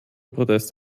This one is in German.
protest